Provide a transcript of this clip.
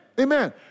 Amen